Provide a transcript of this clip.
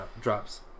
drops